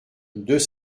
deux